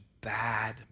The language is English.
bad